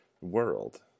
world